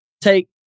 take